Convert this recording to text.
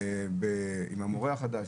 עם המורה החדש,